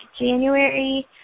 January